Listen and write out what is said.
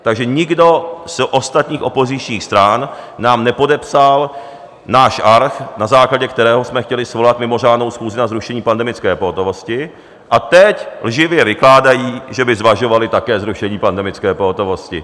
Takže nikdo z ostatních opozičních stran nám nepodepsal náš arch, na základě kterého jsme chtěli svolat mimořádnou schůzi na zrušení pandemické pohotovosti, a teď lživě vykládají, že by také zvažovali zrušení pandemické pohotovosti.